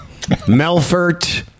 Melfort